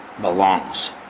belongs